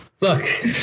Look